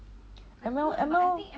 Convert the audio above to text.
M_L M_L